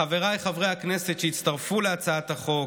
לחבריי חברי הכנסת שהצטרפו להצעת החוק,